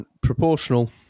proportional